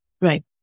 Right